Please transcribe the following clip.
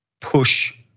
push